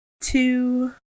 two